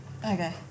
Okay